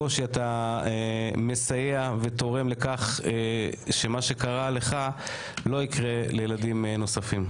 אתה מסייע ותורם לכך שמה שקרה לך לא יקרה לילדים נוספים,